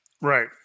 Right